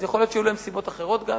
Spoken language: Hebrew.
אז יכול להיות שהיו להם סיבות אחרות גם,